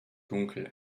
dunkel